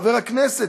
חבר הכנסת,